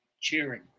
cheering